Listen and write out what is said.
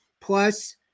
plus